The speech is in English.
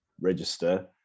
register